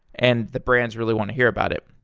and the brands really want to hear about it.